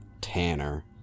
Tanner